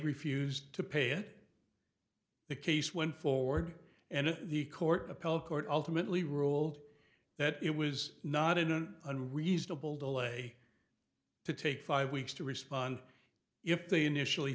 refused to pay it the case went forward and the court appellate court ultimately ruled that it was not an unreasonable delay to take five weeks to respond if they initially